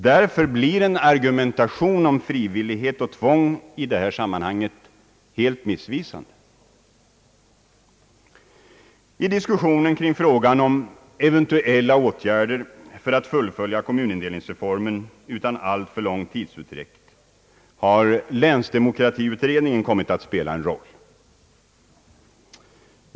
Därför blir en argumentation om frivillighet och tvång i denna debatt helt missvisande. lång tidsutdräkt har länsdemokratiutredningen kommit att spela en roll.